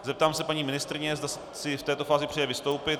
Zeptám se paní ministryně, zda si v této fázi přeje vystoupit.